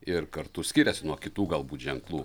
ir kartu skiriasi nuo kitų galbūt ženklų